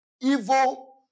Evil